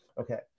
okay